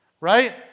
right